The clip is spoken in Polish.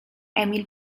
emil